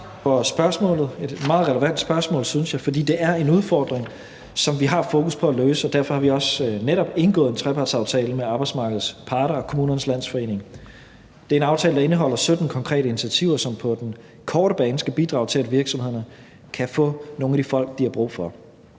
et meget relevant spørgsmål, synes jeg, for det er en udfordring, som vi har fokus på at løse, og derfor har vi netop også indgået en trepartsaftale med arbejdsmarkedets parter og Kommunernes Landsforening. Det er en aftale, der indeholder 17 konkrete initiativer, som på den korte bane skal bidrage til, at virksomhederne kan få nogle af de folk, de har brug for.